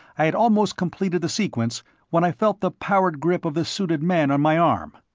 i had almost completed the sequence when i felt the powered grip of the suited man on my arm.